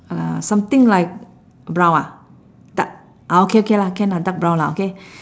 uh something like brown ah dar~ ah okay okay lah can lah dark brown lah okay